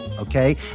okay